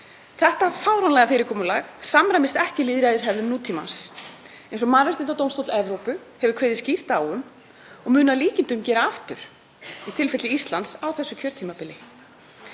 Þetta fáránlega fyrirkomulag samræmist ekki lýðræðishefðum nútímans, eins og Mannréttindadómstóll Evrópu hefur kveðið skýrt á um og mun að líkindum gera aftur í tilfelli Íslands á þessu kjörtímabili.